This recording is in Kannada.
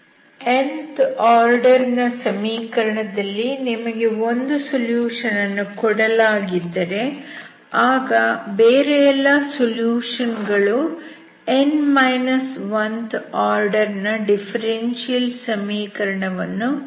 nth ಆರ್ಡರ್ ನ ಸಮೀಕರಣ ದಲ್ಲಿ ನಿಮಗೆ ಒಂದು ಸೊಲ್ಯೂಷನ್ ಅನ್ನು ಕೊಡಲಾಗಿದ್ದರೆ ಆಗ ಬೇರೆ ಎಲ್ಲಾ ಸೊಲ್ಯೂಷನ್ ಗಳು th ಆರ್ಡರ್ ನ ಡಿಫರೆನ್ಷಿಯಲ್ ಸಮೀಕರಣ ವನ್ನು ಪಾಲಿಸುತ್ತದೆ